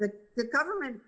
the government